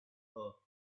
her